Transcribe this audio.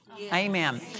Amen